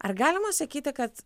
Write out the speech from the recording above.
ar galima sakyti kad